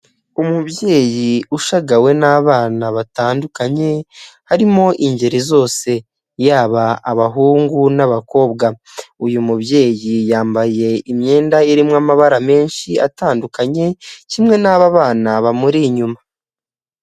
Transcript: Umubyeyi ushagawe n'abana batandukanye, harimo ingeri zose yaba abahungu n'abakobwa, uyu mubyeyi yambaye imyenda irimo amabara menshi atandukanye, kimwe n'aba bana bamuri inyuma.